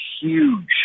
huge